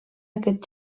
aquest